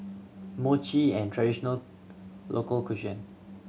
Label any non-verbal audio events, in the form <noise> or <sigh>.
mochi an traditional local <unintelligible>